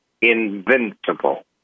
invincible